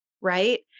Right